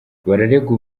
bararegwa